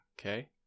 Okay